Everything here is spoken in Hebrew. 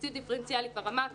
תקציב דיפרנציאלי, כבר אמרתי.